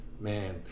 man